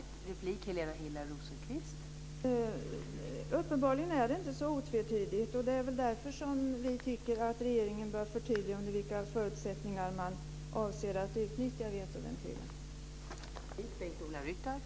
Fru talman! Uppenbarligen är det inte så otvetydigt. Det är därför som vi tycker att regeringen bör förtydliga under vilka förutsättningar man avser att utnyttja vetoventilen.